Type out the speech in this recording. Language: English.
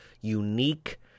unique